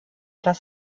das